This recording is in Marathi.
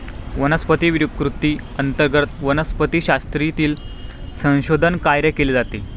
वनस्पती विकृती अंतर्गत वनस्पतिशास्त्रातील संशोधन कार्य केले जाते